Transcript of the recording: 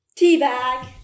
Teabag